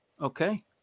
okay